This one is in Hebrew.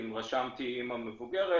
אם רשמתי אימא בוגרת,